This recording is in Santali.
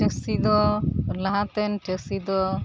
ᱪᱟᱹᱥᱤ ᱫᱚ ᱞᱟᱦᱟᱛᱮᱱ ᱪᱟᱹᱥᱤ ᱫᱚ